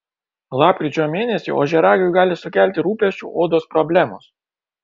lapkričio mėnesį ožiaragiui gali sukelti rūpesčių odos problemos